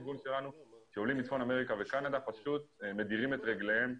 שעולים מצפון אמריקה וקנדה פשוט מדירים את רגליהם,